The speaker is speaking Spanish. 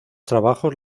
trabajos